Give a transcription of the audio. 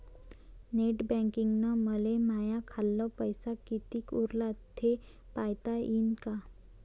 Net बँकिंगनं मले माह्या खाल्ल पैसा कितीक उरला थे पायता यीन काय?